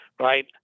right